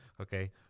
okay